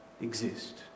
exist